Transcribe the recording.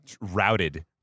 routed